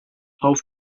auf